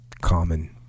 common